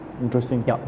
Interesting